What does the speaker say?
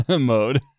mode